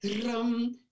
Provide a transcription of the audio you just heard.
drum